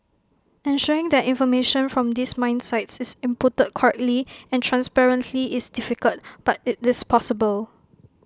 ensuring that information from these mine sites is inputted correctly and transparently is difficult but IT is possible